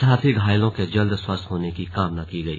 साथ ही घायलों के जल्द स्वस्थ होने की कामना की गई